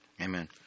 amen